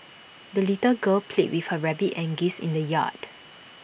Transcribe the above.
the little girl played with her rabbit and geese in the yard